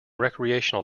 recreational